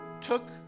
Took